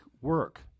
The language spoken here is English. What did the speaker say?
work